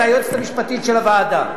זו היועצת המשפטית של הוועדה.